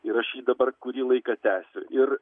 ir aš jį dabar kurį laiką tęsiu ir